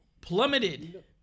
plummeted